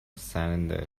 cylinder